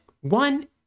one